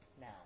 now